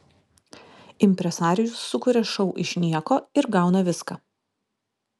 impresarijus sukuria šou iš nieko ir gauna viską